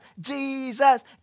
Jesus